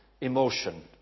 emotion